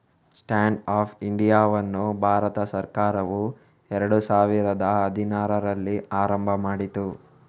stand up ಇಂಡಿಯಾವನ್ನು ಭಾರತ ಸರ್ಕಾರವು ಎರಡು ಸಾವಿರದ ಹದಿನಾರರಲ್ಲಿ ಆರಂಭ ಮಾಡಿತು